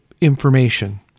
information